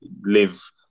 live